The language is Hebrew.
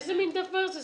איזה מין דבר זה?